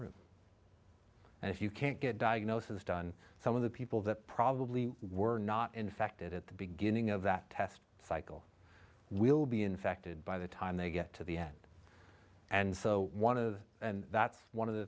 if you can't get diagnosis done some of the people that probably were not infected at the beginning of that test cycle will be infected by the time they get to the end and so one of the and that's one of the